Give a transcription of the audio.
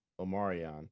Omarion